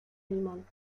animal